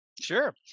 sure